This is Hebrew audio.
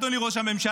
אדוני ראש הממשלה,